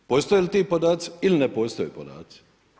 Postoje li ti podaci ili ne postoje podaci?